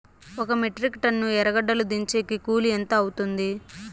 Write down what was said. ఒక metric ton ఎర్రగడ్డలు దించేకి కూలి ఎంత అవుతుంది?